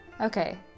Okay